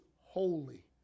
holy